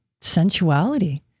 sensuality